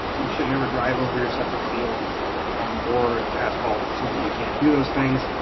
you should never drive over your subject field or asphalt so that you can't do those things.